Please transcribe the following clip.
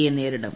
യെ നേരിടും